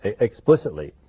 explicitly